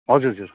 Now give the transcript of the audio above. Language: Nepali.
हजुर हजुर